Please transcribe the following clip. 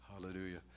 Hallelujah